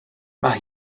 mae